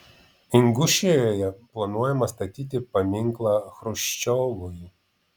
ingušijoje planuojama statyti paminklą chruščiovui